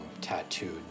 tattooed